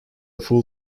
full